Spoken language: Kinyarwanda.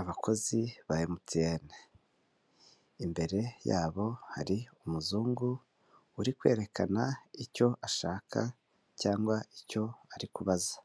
Abakozi ba MTN, imbere yabo hari umuzungu uri kwerekana icyo ashaka cyangwa icyo ari kubaza,